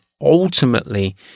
ultimately